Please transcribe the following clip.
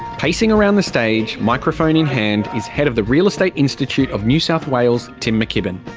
pacing around the stage, microphone in hand, is head of the real estate institute of new south wales, tim mckibbin.